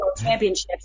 championships